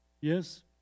Yes